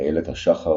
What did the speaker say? איילת השחר,